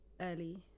early